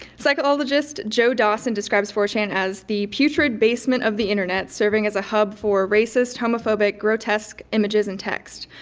psychologist joe dawson describes four chan as the putrid basement of the internet serving as a hub for racist, homophobic, grotesque images and text.